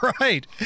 Right